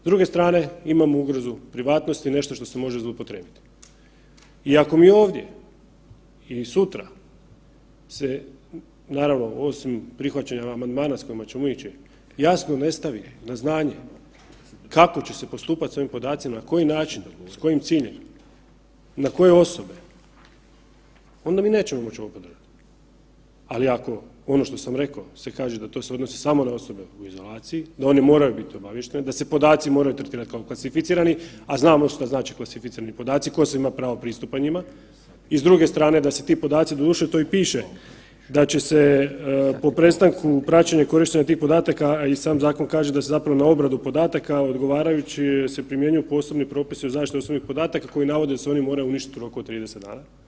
S druge strane imamo ugrozu privatnosti, nešto što se može zloupotrijebiti i ako mi ovdje ili sutra se naravno osim prihvaćanja amandmana s kojima ćemo ići, jasno ne stavi na znanje kako će se postupati s ovim podacima, na koji način, s kojim ciljem, na koje osobe onda mi nećemo moći ovo …/nerazumljivo/… ali ako ono što sam rekao se kaže da se to odnosi samo na osobe u izolaciji, da one moraju biti obavještene, da se podaci moraju tretirati kao klasificirani, a znamo što znači klasificirani podaci tko sve ima pravo pristupa njima i s druge strane da se ti podaci, doduše to i piše da će se po prestanku praćenja i korištenja tih podataka, a i sam zakon kaže da se zapravo na obradu podataka odgovarajući se primjenjuju posebni propisi o zaštiti osobnih podataka koji navode da se oni moraju uništiti u roku od 30 dana.